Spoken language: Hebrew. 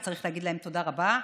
וצריך להגיד להם תודה רבה,